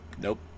nope